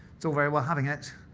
so very well having it,